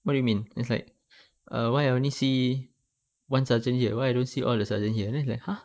what do you mean he's like err why I only see one sergeant why I don't see all the sergeant here then it's like !huh!